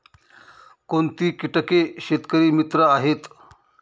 कोणती किटके शेतकरी मित्र आहेत?